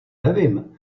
nevím